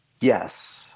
Yes